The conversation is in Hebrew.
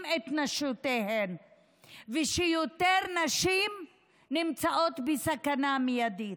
את נשותיהם ושיותר נשים נמצאות בסכנה מיידית.